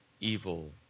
evil